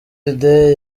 today